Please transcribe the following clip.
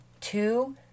two